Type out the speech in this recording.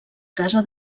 casa